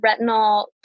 retinol